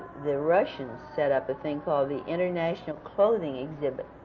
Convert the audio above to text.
the russians set up a thing called the international clothing exhibit,